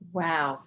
wow